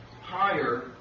higher